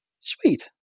Sweet